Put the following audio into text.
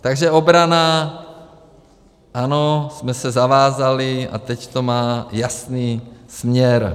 Takže obrana, ano my jsme se zavázali a teď to má jasný směr.